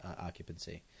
occupancy